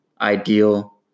ideal